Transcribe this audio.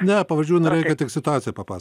ne pavardžių nereikia tik situaciją papas